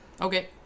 Okay